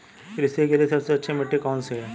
कृषि के लिए सबसे अच्छी मिट्टी कौन सी है?